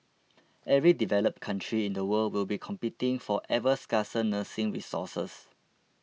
every developed country in the world will be competing for ever scarcer nursing resources